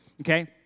okay